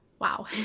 Wow